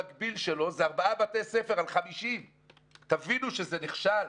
המקביל שלו זה ארבעה בתי ספר על 50. תבינו שזה נכשל,